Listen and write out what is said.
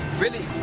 really,